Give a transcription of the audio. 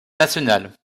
national